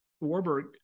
Warburg